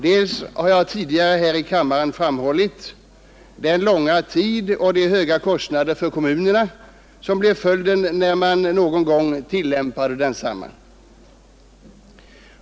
Jag har tidigare här i kammaren framhållit den långa tid och de höga kostnader för kommunerna som blev följden när man någon gång tillämpade den gamla lagstiftningen.